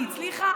היא הצליחה,